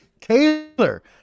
Taylor